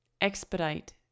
expedite